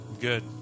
Good